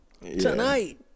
tonight